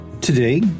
Today